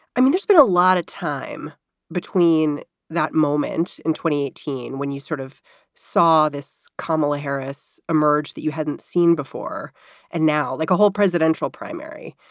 i mean, there's been a lot of time between that moment in twenty eighteen when you sort of saw this kamala harris emerge that you hadn't seen before and now like a whole presidential primary,